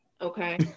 okay